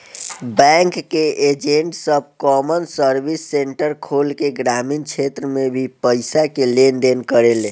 bank के agent सब common service centre खोल के ग्रामीण क्षेत्र में भी पईसा के लेन देन करेले